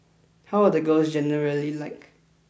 how are the girls generally like